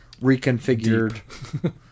reconfigured